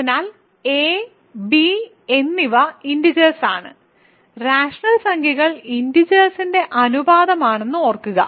അതിനാൽ a b എന്നിവ integers ആണ് റാഷണൽ സംഖ്യകൾ ഇന്റിജേഴ്സിന്റെ അനുപാതമാണെന്ന് ഓർമ്മിക്കുക